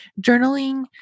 journaling